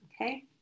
Okay